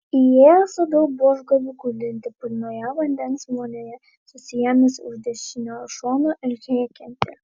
įėjęs radau buožgalvį gulintį pilnoje vandens vonioje susiėmusį už dešinio šono ir rėkiantį